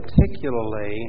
particularly